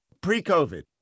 pre-COVID